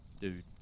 dude